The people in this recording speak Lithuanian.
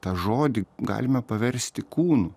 tą žodį galime paversti kūnu